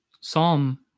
Psalm